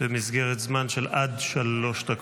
במסגרת זמן של עד שלוש דקות.